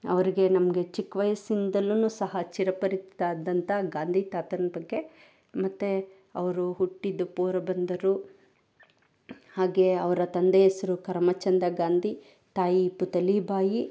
ಅವರಿಗೆ ನಮಗೆ ಚಿಕ್ಕ ವಯಸ್ಸಿನಿಂದಲು ಸಹ ಚಿರಪರಿಚಿತ ಆದಂತಹ ಗಾಂಧಿ ತಾತನ ಬಗ್ಗೆ ಮತ್ತೆ ಅವರು ಹುಟ್ಟಿದ್ದು ಪೋರಬಂದರು ಹಾಗೇ ಅವರ ತಂದೆಯ ಹೆಸರು ಕರಮಚಂದ ಗಾಂಧಿ ತಾಯಿ ಪುತಲೀ ಬಾಯಿ